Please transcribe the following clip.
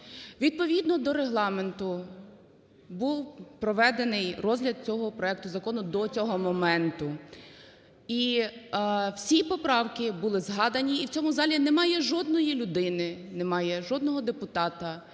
Відповідно до Регламенту був проведений розгляд цього проекту закону до цього моменту, і всі поправки були згадані. І в цьому залі немає жодної людини, немає жодного депутата,